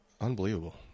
Unbelievable